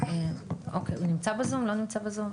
שלום.